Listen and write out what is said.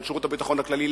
על שירות הביטחון הכללי,